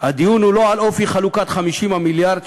הדיון הוא לא על אופי חלוקת 50 המיליארד,